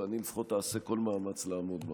ואני לפחות אעשה כל מאמץ לעמוד בה.